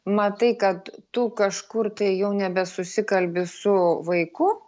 matai kad tu kažkur tai jau nebesusikalbi su vaiku